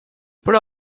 però